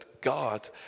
God